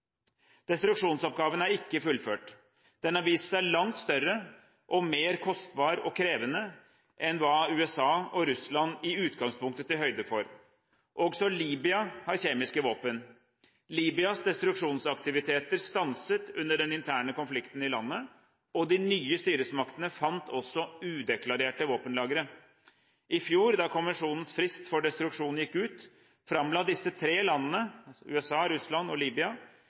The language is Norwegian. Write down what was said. Destruksjonsoppgaven er ikke fullført. Den har vist seg langt større og mer kostbar og krevende enn hva USA og Russland i utgangspunktet tok høyde for. Også Libya har kjemiske våpen. Libyas destruksjonsaktiviteter stanset under den interne konflikten i landet, og de nye styresmaktene fant også udeklarerte våpenlagre. I fjor, da konvensjonens frist for destruksjon gikk ut, framla disse tre landene – USA, Russland og